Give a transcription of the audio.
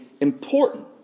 important